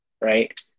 Right